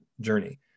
journey